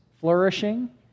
flourishing